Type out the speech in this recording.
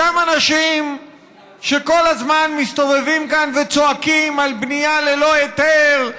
אותם אנשים שכל הזמן מסתובבים כאן וצועקים על בנייה ללא היתר,